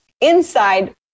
inside